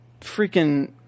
freaking